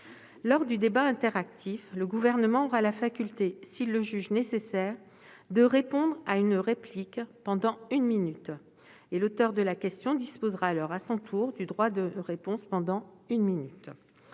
Lors du débat interactif, le Gouvernement aura la faculté, s'il le juge nécessaire, de répondre à une réplique pendant une minute ; l'auteur de la question disposera alors à son tour du droit de répondre pendant une minute.